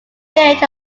village